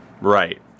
Right